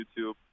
YouTube